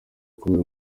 kubera